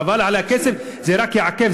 חבל על הכסף, זה רק יעכב.